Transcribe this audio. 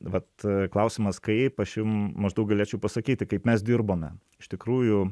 vat klausimas kaip aš jum maždaug galėčiau pasakyti kaip mes dirbome iš tikrųjų